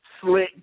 slick